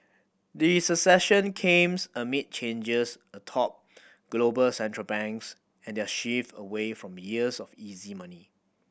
the succession comes amid changes atop global Central Banks and their shift away from years of easy money